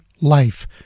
life